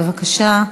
בבקשה,